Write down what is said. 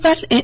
રાજ્યપાલ એન